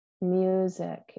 music